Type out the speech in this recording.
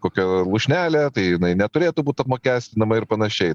kokia lūšnelė tai jinai neturėtų būt apmokestinama ir panašiai